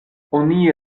oni